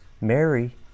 Mary